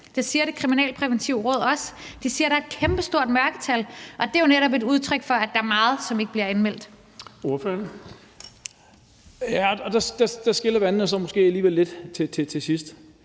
Det siger Det Kriminalpræventive Råd også. De siger, at der er et kæmpestort mørketal, og det er jo netop et udtryk for, at der er meget, som ikke bliver anmeldt. Kl. 16:26 Den fg. formand (Erling